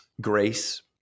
Grace